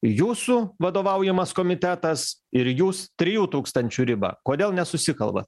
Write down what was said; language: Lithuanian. jūsų vadovaujamas komitetas ir jūs trijų tūkstančių ribą kodėl nesusikalba